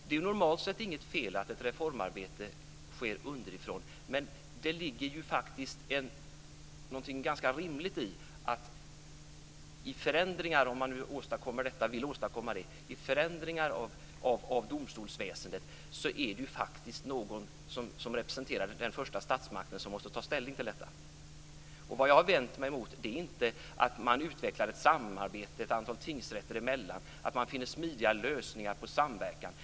Det är normalt sett inget fel i att ett reformarbete sker underifrån, men det är ju ganska rimligt i fråga om förändringar av domstolsväsendet, om man nu vill åstadkomma detta, att någon som representerar den första statsmakten måste ta ställning till detta. Vad jag har vänt mig mot är inte att man utvecklar ett samarbete ett antal tingsrätter emellan eller att man finner smidiga lösningar på samverkan.